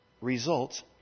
results